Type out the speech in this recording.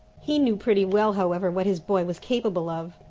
he knew pretty well, however, what his boy was capable of,